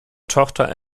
tochter